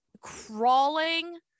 crawling